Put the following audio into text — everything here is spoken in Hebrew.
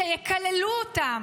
שיקללו אותם,